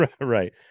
right